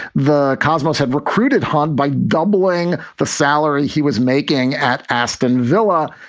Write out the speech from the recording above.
the cosmos had recruited horne by doubling the salary he was making at aston villa.